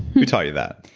who taught you that?